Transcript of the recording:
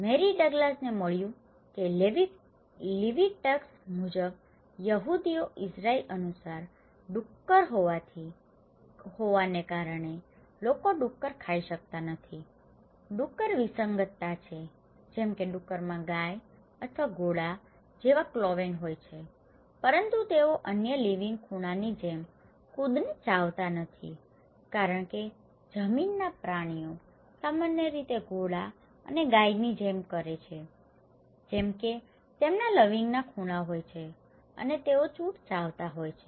મેરી ડગ્લાસને મળ્યું કે લેવીટીકસ મુજબ યહૂદીઓ ઇઝરાયલી અનુસાર ડુક્કર હોવાને કારણે લોકો ડુક્કર ખાઈ શકતા નથી ડુક્કર વિસંગતતા છે જેમ કે ડુક્કરમાં ગાય અથવા ઘોડા જેવા ક્લોવેન હોવ હોય છે પરંતુ તેઓ અન્ય લવિંગ ખૂણાઓની જેમ કુદને ચાવતા નથી કારણ કે જમીનના પ્રાણીઓ સામાન્ય રીતે ઘોડા અથવા ગાયની જેમ કરે છે જેમ કે તેમને લવિંગના ખૂણા હોય છે અને તેઓ ચુડ ચાવતા હોય છે